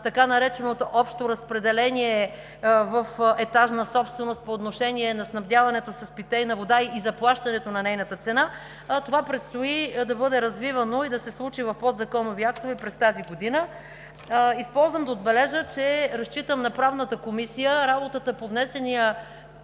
така нареченото общо разпределение в етажна собственост по отношение на снабдяването с питейна вода и заплащането на нейната цена. Това предстои да бъде развивано и да се случи в подзаконови актове през тази година. Използвам да отбележа, че разчитам на Правната комисия – работата по внесените